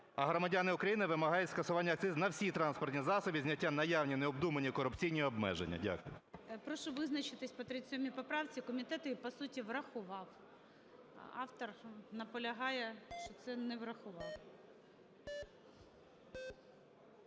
А громадяни України вимагають скасування акцизу на всі транспортні засоби і зняття наявні необдумані корупційні обмеження. Дякую. ГОЛОВУЮЧИЙ. Прошу визначитись по 37 поправці. Комітет її по суті врахував. Автор наполягає, що це не врахував.